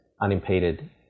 unimpeded